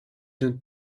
een